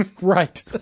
Right